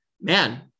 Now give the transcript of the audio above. man